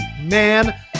man